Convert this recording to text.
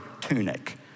tunic